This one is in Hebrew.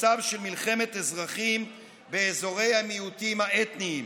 במצב של מלחמת אזרחים באזורי המיעוטים האתניים.